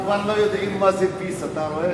כמובן, לא יודעים מה זה peace, אתה רואה?